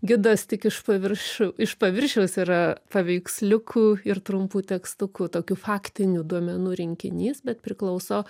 gidas tik iš pavirš iš paviršiaus yra paveiksliukų ir trumpų tekstukų tokių faktinių duomenų rinkinys bet priklauso